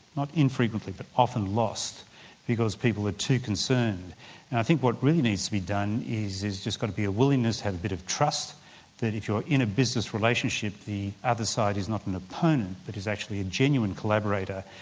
not infrequently, but often lost because people are too concerned. and i think what really needs to be done is there's just got to be a willingness to have a bit of trust that if you're in a business relationship the other side is not an opponent but is actually a genuine collaborator.